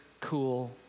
cool